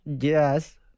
Yes